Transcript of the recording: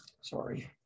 Sorry